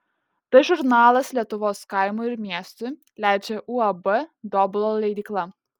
tai žurnalas lietuvos kaimui ir miestui leidžia uab dobilo leidykla